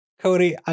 Cody